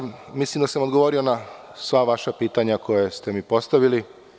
Mislim da sam odgovorio na sva vaša pitanja koja ste mi postavili.